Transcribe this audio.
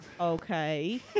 Okay